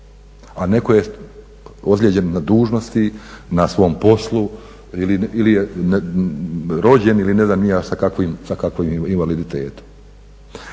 A netko je ozlijeđen na dužnosti, na svom poslu ili je rođen ili ne znam ni ja sa kakvim invaliditetom.